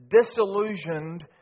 disillusioned